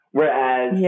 Whereas